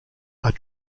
are